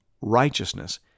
righteousness